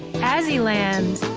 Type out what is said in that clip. as the land.